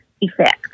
effect